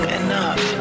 enough